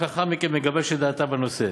רק לאחר מכן היא מגבשת את דעתה בנושא.